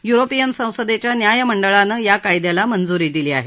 European संसदेच्या न्यायमंडळानं या कायद्याला मंजुरी दिली आहे